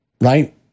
right